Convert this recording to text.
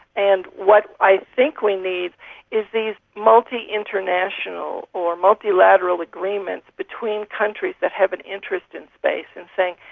and what i think we need is these multi-international or multilateral agreements between countries that have an interest in space and say,